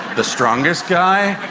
the strongest guy,